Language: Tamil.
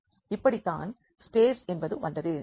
இப்படி தான் ஸ்பேஸ் என்பது வந்தது